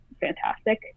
fantastic